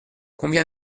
combien